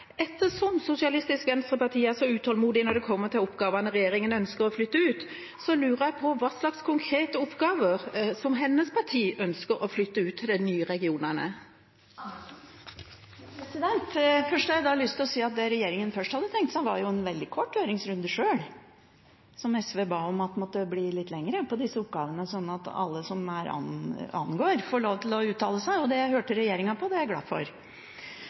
Ettersom SV er så utålmodig når det gjelder oppgavene regjeringa ønsker å flytte ut, lurer jeg på hva slags konkrete oppgaver som hennes parti ønsker å flytte ut til de nye regionene. Først har jeg lyst til å si at det regjeringen først hadde tenkt seg når det gjelder disse oppgavene, var en veldig kort høringsrunde – som SV ba om måtte bli litt lengre sånn at alle det angår, skulle få lov til å uttale seg. Det hørte regjeringen på, og det er jeg glad for.